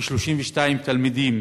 כ-32 תלמידים